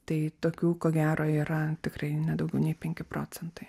tai tokių ko gero yra tikrai ne daugiau nei penki procentai